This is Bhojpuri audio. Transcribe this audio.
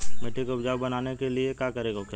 मिट्टी के उपजाऊ बनाने के लिए का करके होखेला?